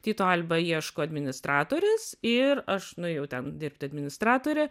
tyto alba ieško administratorės ir aš nuėjau ten dirbti administratore